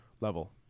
level